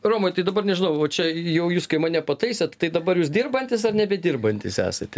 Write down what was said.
romai tai dabar nežinau va čia jau jūs kai mane pataisėt tai dabar jūs dirbantis ar nebedirbantis esate